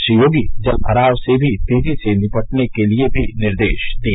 श्री योगी जल भराव से भी तेजी से निपटने के लिए भी निर्देश दिए